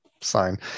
sign